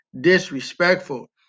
disrespectful